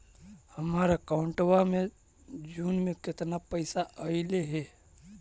हमर अकाउँटवा मे जून में केतना पैसा अईले हे?